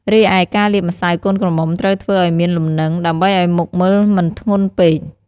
រីឯការលាបម្សៅកូនក្រមុំត្រូវធ្វើឲ្យមានលំនិង ដើម្បីអោយមុខមើលមិនធ្ងន់ពេក។